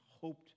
hoped